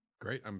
Great